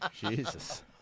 Jesus